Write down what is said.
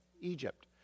Egypt